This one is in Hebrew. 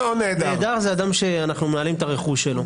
נעדר זה אדם שאנחנו מנהלים את הרכוש שלו.